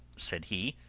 said he,